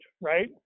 Right